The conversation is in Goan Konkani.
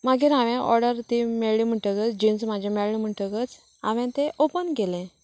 मागीर हांवेन ऑर्डर ती मेळ्ळी म्हणटगर जिन्स म्हाजी मेळली म्हणटगच हांवेन तें ओपन केलें